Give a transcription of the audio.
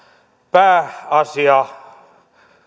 pääasia